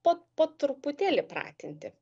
po po truputėlį pratinti